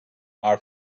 are